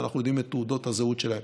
ואנחנו יודעים את תעודות הזהות שלהם.